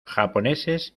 japoneses